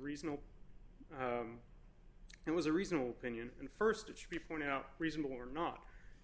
reasonable it was a reasonable pinion and st it should be pointed out reasonable or not